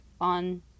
on